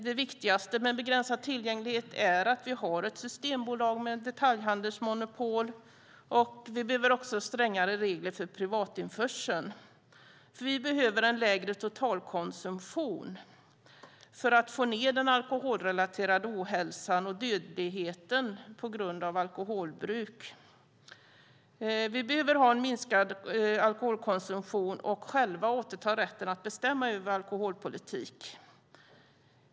Det viktigaste med begränsad tillgänglighet är att vi har ett systembolag med detaljhandelsmonopol. Vi behöver också strängare regler för privatinförseln, för vi behöver en lägre totalkonsumtion för att få ned den alkoholrelaterade ohälsan och dödligheten på grund av alkoholbruk. Vi behöver ha en minskad alkoholkonsumtion och själva återta rätten att bestämma över alkoholpolitiken.